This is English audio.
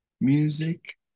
music